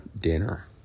dinner